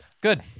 good